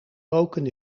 roken